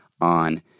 on